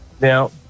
Now